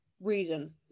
reason